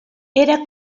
era